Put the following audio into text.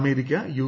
America U